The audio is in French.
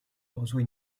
reçoit